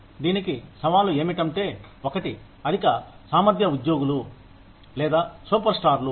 దీనికి సవాలు ఏమిటంటే ఒకటి అధిక సామర్ధ్య ఉద్యోగులు లేదా సూపర్ స్టార్లు